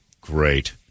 Great